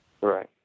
Right